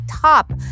top